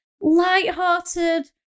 lighthearted